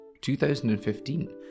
2015